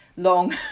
Long